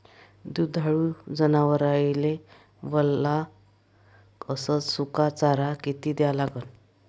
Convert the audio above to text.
दुधाळू जनावराइले वला अस सुका चारा किती द्या लागन?